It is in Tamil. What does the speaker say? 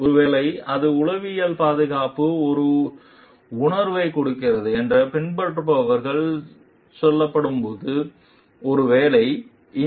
ஒருவேளை அது உளவியல் பாதுகாப்பு ஒரு உணர்வு கொடுக்கிறது என்று பின்பற்றுபவர்கள் சொல்லப்படும் போது ஒருவேளை இந்த